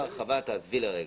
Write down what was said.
עזבי לרגע.